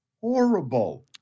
horrible